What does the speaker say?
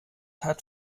hat